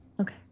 Okay